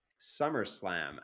SummerSlam